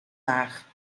laag